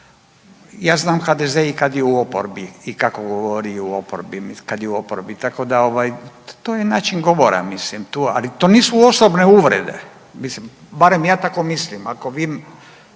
Ja znam HDZ i kad je u oporbi i kako govori i u oporbi, kad je u oporbi. Tako da, ovaj, to je način govora, mislim, tu, ali to nisu osobne uvrede. Mislim, barem ja tako mislim. Ako vi,